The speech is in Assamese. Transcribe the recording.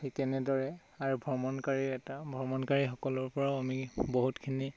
ঠিক তেনেদৰে আৰু ভ্ৰমণকাৰী এটা ভ্ৰমণকাৰীসকলৰ পৰাও আমি বহুতখিনি